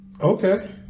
Okay